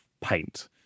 paint